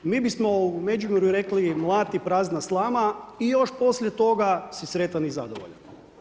Mi bismo u Međugorju rekli, mlati prazna slama i još poslije toga si sretan i zadovoljan.